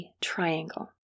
triangle